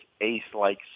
ace-like